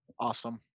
Awesome